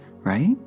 right